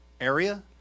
area